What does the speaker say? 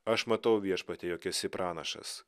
aš matau viešpatie jog esi pranašas